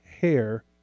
hair